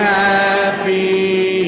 happy